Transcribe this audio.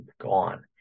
gone